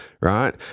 right